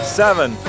seven